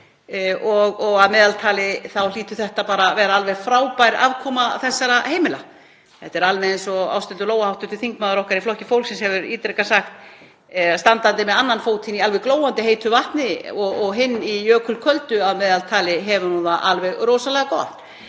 og að meðaltali þá hlýtur þetta að vera alveg frábær afkoma þessara heimila. Þetta er alveg eins og hv. þm. Ásthildur Lóa Þórsdóttir í Flokki fólksins hefur ítrekað sagt: Standandi með annan fótinn í alveg glóandi heitu vatni og hinn í jökulköldu, að meðaltali hefur hún það alveg rosalega gott.